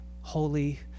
holy